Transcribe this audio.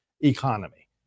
economy